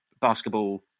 basketball